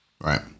right